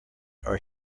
are